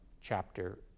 chapter